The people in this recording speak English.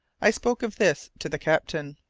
i spoke of this to the captain.